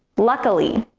luckily